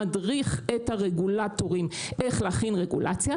שמדריך את הרגולטורים איך להכין רגולציה.